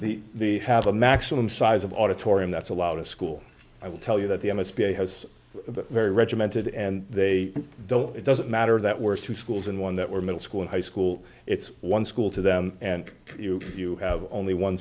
out the have a maximum size of auditorium that's allowed a school i will tell you that the m s b a has a very regimented and they don't it doesn't matter that we're two schools in one that were middle school and high school it's one school to them and you you have only one